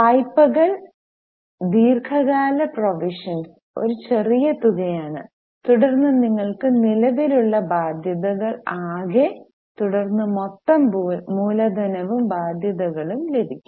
വായ്പകൾ ദീർഘകാല പ്രൊവിഷൻസ് ഒരു ചെറിയ തുകയാണ് തുടർന്ന് നിങ്ങൾക്ക് നിലവിലുള്ള ബാധ്യതകൾ ആകെ തുടർന്ന് മൊത്തം മൂലധനവും ബാധ്യതകളും ലഭിക്കും